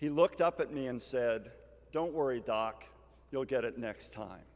he looked up at me and said don't worry doc you'll get it next time